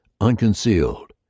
unconcealed